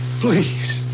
please